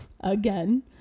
again